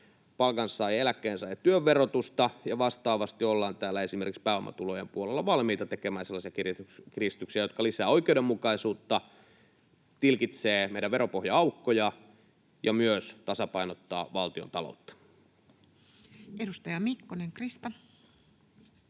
palkansaajien, eläkkeensaajien työn verotusta ja vastaavasti ollaan esimerkiksi pääomatulojen puolella valmiita tekemään sellaisia kiristyksiä, jotka lisäävät oikeudenmukaisuutta, tilkitsevät meidän veropohjan aukkoja ja myös tasapainottavat valtiontaloutta. [Speech 114]